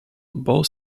both